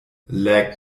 leck